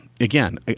again